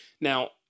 Now